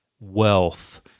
wealth